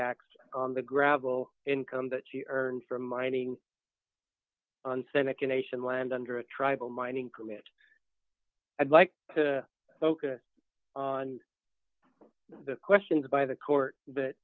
tax on the gravel income that she earned from mining on seneca nation land under a tribal mining permit i'd like to focus on the questions by the court